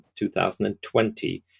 2020